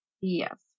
yes